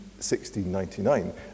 1699